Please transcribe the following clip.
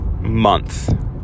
month